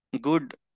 good